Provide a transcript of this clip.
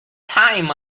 time